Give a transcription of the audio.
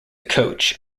coach